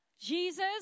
Jesus